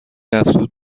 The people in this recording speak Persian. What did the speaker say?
افزود